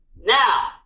Now